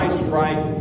strike